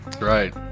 right